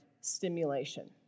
stimulation